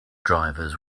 drivers